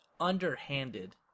underhanded